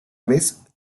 vez